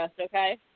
okay